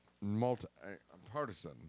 multi-partisan